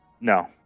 No